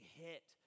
hit